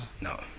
No